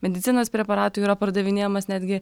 medicinos preparatų yra pardavinėjamas netgi